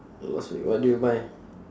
last week what do you buy